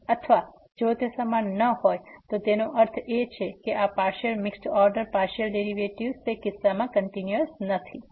અથવા જો તે સમાન ન હોય તો તેનો અર્થ એ છે કે આ partial mixed order partial derivatives તે કિસ્સામાં કંટીન્યુઅસ નથી